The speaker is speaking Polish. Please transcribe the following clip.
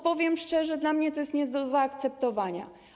Powiem szczerze: dla mnie to jest nie do zaakceptowania.